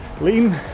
lean